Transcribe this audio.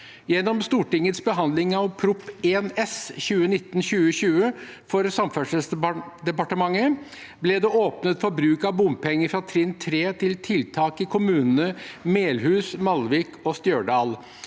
Gjennom Stortingets behandling av Prop. 1 S for 2019–2020 for Samferdselsdepartementet ble det åpnet for bruk av bompenger fra trinn 3 til tiltak i kommunene Melhus, Malvik og Stjørdal.